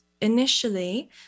initially